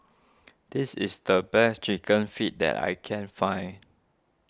this is the best Chicken Feet that I can find